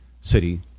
city